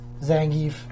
Zangief